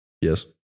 Yes